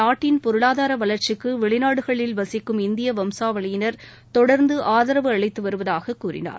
நாட்டின் பொருளாதார வளர்ச்சிக்கு வெளிநாடுகளில் வசிக்கும் இந்திய வம்சாவளியினர் தொடர்ந்து ஆதரவு அளித்து வருவதாக கூறினார்